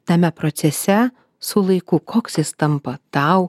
tame procese su laiku koks jis tampa tau